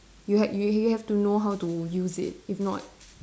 you have you have to know how to use it if not